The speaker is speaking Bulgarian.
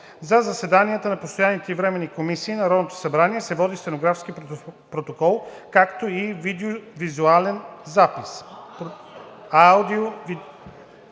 За заседанията на постоянните и временните комисии на Народното събрание се води стенографски протокол, както и аудио-визуален запис.